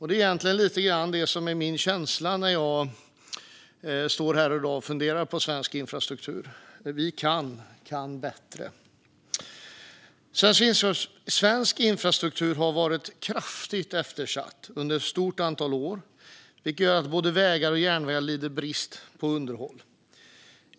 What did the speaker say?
Det är lite grann det som är min känsla när jag står här i dag och funderar på svensk infrastruktur: Vi kan, kan bättre. Svensk infrastruktur har varit kraftigt eftersatt under ett stort antal år, vilket gör att både vägar och järnvägar lider brist på underhåll.